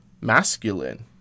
masculine